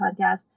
podcast